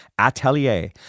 Atelier